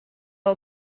all